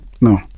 No